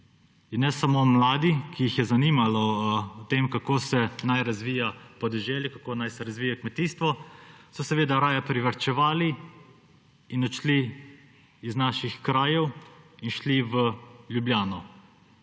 In ne samo mladi, ki jih je zanimalo, kako se naj razvija podeželje, kako naj se razvija kmetijstvo, so seveda raje privarčevali, odšli iz naših krajev in šli v Ljubljano,